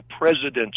president's